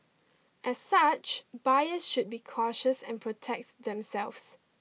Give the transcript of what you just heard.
as such buyers should be cautious and protect themselves